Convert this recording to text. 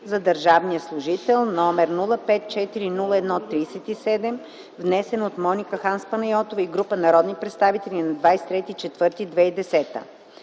за държавния служител № 054-01-37, внесен от Моника Ханс Панайотова и група народни представители на 23